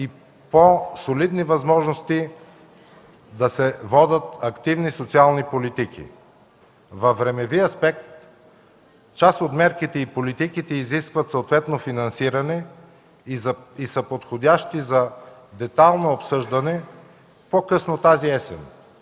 и по-солидни възможности да се водят активни социални политики. Във времеви аспект част от мерките и политиките изискват съответно финансиране и са подходящи за детайлно обсъждане по-късно тази есен,